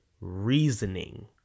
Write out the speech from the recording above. reasoning